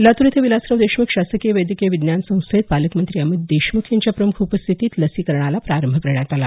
लातूर इथं विलासराव देशमुख शासकीय वैद्यकीय विज्ञान संस्थेत पालकमंत्री अमित देशमुख यांच्या प्रमुख उपस्थितीत लसीकरणाला प्रारंभ करण्यात आला